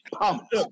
Pumped